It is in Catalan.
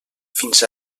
fins